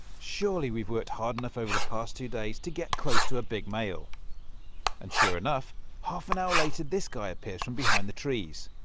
surely we have worked hard enough over the past two days to get close to a big male and sure enough half an hour later this guy appears from behind the trees.